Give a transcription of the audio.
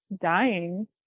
dying